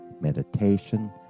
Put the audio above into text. meditation